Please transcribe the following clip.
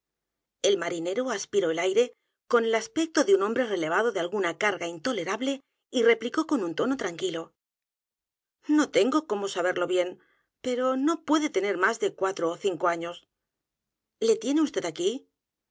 el marinero aspiró el aire con el aspecto de un hombre relevado de alguna carga intolerable y replicó con un tono tranquilo no tengo cómo saberlo bien pero no puede tener más de cuatro ó cinco año le tiene vd aquí